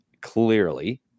clearly